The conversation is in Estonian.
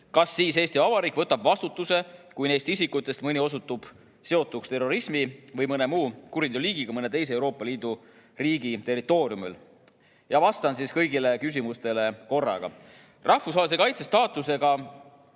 kas siis Eesti Vabariik võtab vastutuse, kui neist isikutest mõni osutub seotuks terrorismi või mõne muu kuriteoliigiga mõne teise Euroopa Liidu riigi territooriumil?" Vastan kõigile neile küsimustele korraga. Rahvusvahelise kaitse staatusega